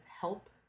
help